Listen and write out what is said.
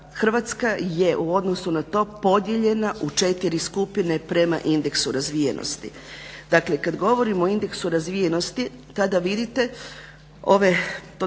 Hrvatska je u odnosu na to podijeljena u 4 skupine prema indeksu razvijenosti. Dakle kad govorimo o indeksu razvijenosti, tada vidite ove